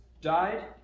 died